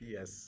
Yes